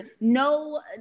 no